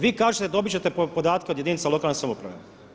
Vi kažete dobit ćete podatke od jedinica lokalne samouprave.